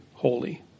Holy